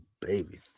baby